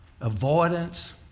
avoidance